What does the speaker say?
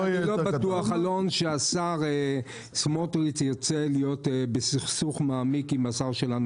אני לא בטוח שהשר סמוטריץ' ירצה להיות בסכסוך מעמיק עם השר שלנו,